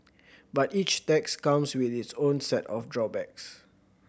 but each tax comes with its own set of drawbacks